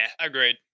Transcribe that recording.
agreed